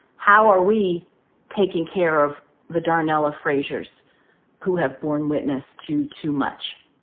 how are we taking care of the darnella fraziers who have born witness to too much?